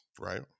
right